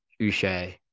Uche